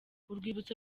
urwibutso